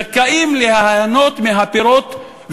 זכאים ליהנות מהפירות,